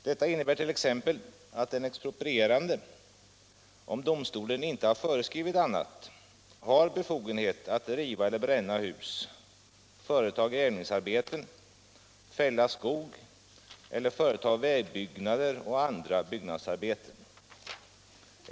Detta innebär t.ex. att den exproprierande, om domstolen inte föreskrivit annat, har befogenhet att riva eller bränna hus, företa grävningsarbeten, fälla skog eller företa vägbyggnader och andra byggnadsarbeten.